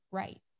right